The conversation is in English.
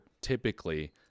typically